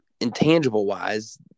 intangible-wise